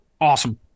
awesome